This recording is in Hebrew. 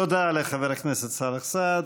תודה לחבר הכנסת סאלח סעד.